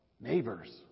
neighbors